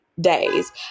days